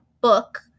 book